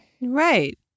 Right